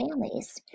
families